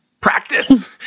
Practice